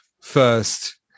first